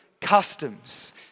customs